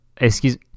excuse